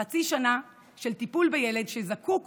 חצי שנה של טיפול בילד שזקוק